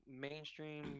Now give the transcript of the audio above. mainstream